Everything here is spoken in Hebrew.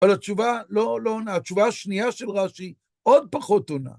אבל התשובה, לא לא נאה, התשובה השנייה של רשי עוד פחות...